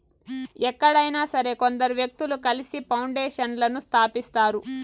ఎక్కడైనా సరే కొందరు వ్యక్తులు కలిసి పౌండేషన్లను స్థాపిస్తారు